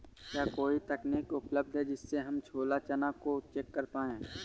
क्या कोई तकनीक उपलब्ध है जिससे हम छोला चना को चेक कर पाए?